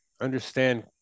understand